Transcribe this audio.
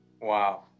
wow